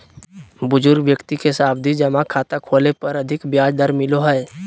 बुजुर्ग व्यक्ति के सावधि जमा खाता खोलय पर अधिक ब्याज दर मिलो हय